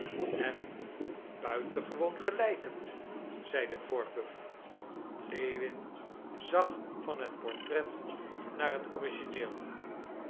en buitengewoon gelijkend zeide workuw lewin zag van het portret naar het origineel